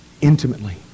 intimately